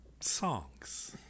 songs